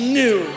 new